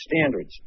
standards